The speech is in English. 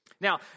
Now